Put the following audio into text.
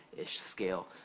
it's just scale.